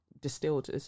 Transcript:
distilled